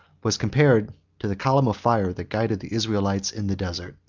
was compared to the column of fire that guided the israelites in the desert.